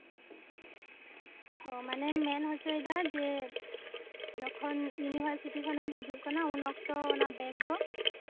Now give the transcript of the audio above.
ᱢᱟᱱᱮᱧ ᱢᱮᱱ ᱦᱚᱪᱚᱭᱮᱫᱟ ᱡᱮ ᱡᱚᱠᱷᱚᱱ ᱤᱭᱩᱱᱤᱵᱷᱟᱨᱥᱤᱴᱤ ᱠᱷᱚᱱᱮᱢ ᱦᱤᱡᱩᱜ ᱠᱟᱱᱟ ᱩᱱ ᱚᱠᱛᱚ ᱵᱮᱜᱽ ᱫᱚ